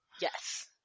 Yes